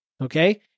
Okay